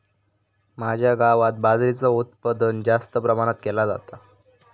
माझ्या गावात बाजरीचा उत्पादन जास्त प्रमाणात केला जाता